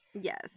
Yes